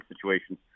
situation